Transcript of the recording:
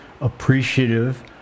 appreciative